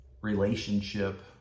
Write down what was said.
relationship